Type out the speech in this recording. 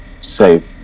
save